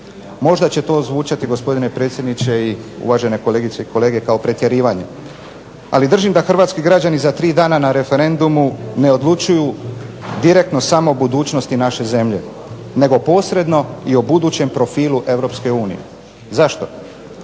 Možda će to zvučati gospodine predsjedniče i uvažene kolegice i kolege kao pretjerivanje. Ali držim da hrvatski građani za tri dana na referendumu ne odlučuju direktno samo o budućnosti naše zemlje, nego posredno i o budućem profilu Europske